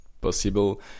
possible